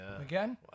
again